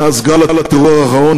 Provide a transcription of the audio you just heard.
מאז גל הטרור האחרון,